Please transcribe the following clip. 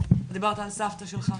דיברת על סבתא שלך,